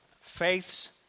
faith's